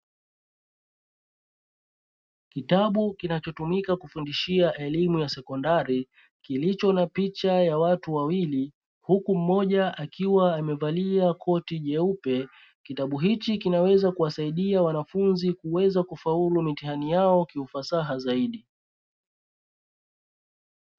Kitabu kinachotumika kufundishia elimu ya sekondari, kilicho na picha ya watu wawili huku mmoja akiwa amevalia koti jeupe, kitabu hichi kinaweza kuwasaidia wanafunzi kuweza kufaulu mitihani yao ki ufasaha zaidi.